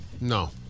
No